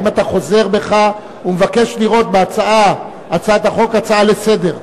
האם אתה חוזר בך ומבקש לראות בהצעת החוק הצעה לסדר-היום?